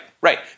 Right